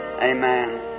Amen